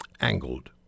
angled